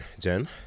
Jen